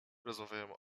rozmawiają